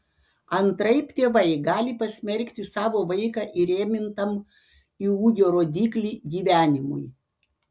antraip tėvai gali pasmerkti savo vaiką įrėmintam į ūgio rodiklį gyvenimui